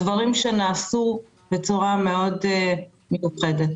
הדברים שנעשו בצורה מאוד מיוחדת.